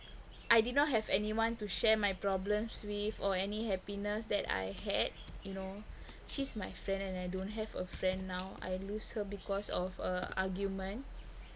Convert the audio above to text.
I did not have anyone to share my problems with or any happiness that I had you know she's my friend and I don't have a friend now I lose her because of a argument